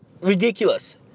ridiculous